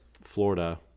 Florida